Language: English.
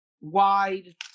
wide